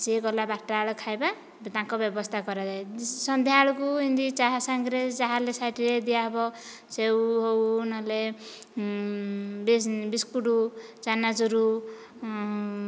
ସିଏ ଗଲା ବାରଟା ବେଳେ ଖାଇବା ଏବେ ତାଙ୍କ ବ୍ୟବସ୍ଥା କରାଯାଏ ସନ୍ଧ୍ୟାବେଳକୁ ଏମିତି ଚାହା ସାଙ୍ଗରେ ଯାହାହେଲେ ସାଇଡ୍ ରେ ଦିଆହେବ ସେଉ ହେଉ ନହେଲେ ବିସ୍କୁଟ ଚନାଚୁର